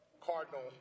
cardinal